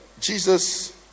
Jesus